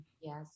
yes